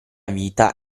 vita